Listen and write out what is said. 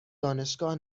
دانشگاه